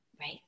Right